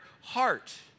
heart